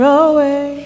away